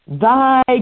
Thy